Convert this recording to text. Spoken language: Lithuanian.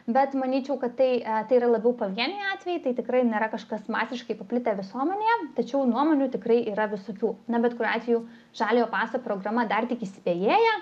bet manyčiau kad tai tai yra labiau pavieniai atvejai tai tikrai nėra kažkas masiškai paplitę visuomenėje tačiau nuomonių tikrai yra visokių na bet kuriuo atveju žaliojo paso programa dar tik įsibėgėja